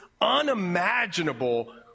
unimaginable